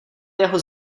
jeho